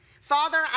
Father